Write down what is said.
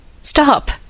Stop